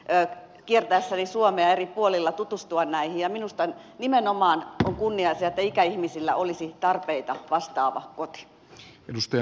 olen saanut kiertäessäni suomea eri puolilla tutustua näihin ja minusta nimenomaan on kunnia asia että ikäihmisillä olisi tarpeita vastaava koti